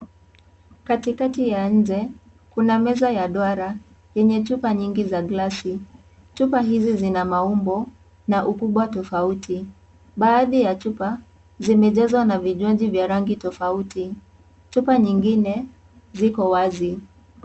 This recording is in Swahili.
Katikati ya inje, kuna meza ya duara yenye chupa nyingi za klasi. Chupa hizi zina maumbo na ukubwa tofauti. Baadhi ya chupa, zimejazwa na vijunzi vya rangi tofauti. Chupa nyingine, ziko wazi.